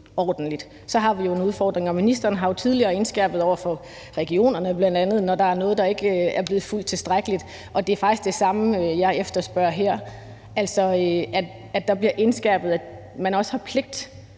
så har vi jo en udfordring. Og ministeren har jo tidligere indskærpet over for regionerne, bl.a. når der er noget, der ikke er blevet fulgt tilstrækkeligt. Det er faktisk det samme, jeg efterspørger her, altså at det bliver indskærpet, at man også har pligt